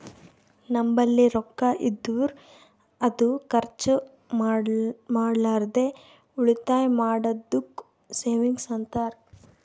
ನಂಬಲ್ಲಿ ರೊಕ್ಕಾ ಇದ್ದುರ್ ಅದು ಖರ್ಚ ಮಾಡ್ಲಾರ್ದೆ ಉಳಿತಾಯ್ ಮಾಡದ್ದುಕ್ ಸೇವಿಂಗ್ಸ್ ಅಂತಾರ